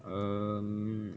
um